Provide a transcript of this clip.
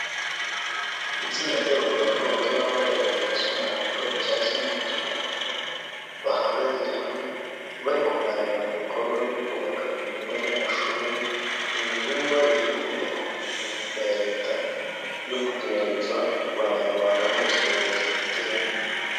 Itsinda ry'abagabo n'abagore bambaye amajire asa umuhondo, icyatsi n'umutuku, aho bahagaze hamwe bari kuganira ku bikorwa byo kubaka ibyumba by'amashuri. Ibi byumba biri kubakwa muri gahunda ya Leta yo kugeza ku banyarwanda bose uburezi bufite ireme.